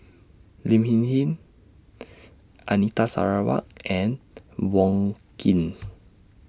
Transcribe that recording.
Lin Hsin Hsin Anita Sarawak and Wong Keen